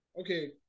Okay